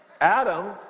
Adam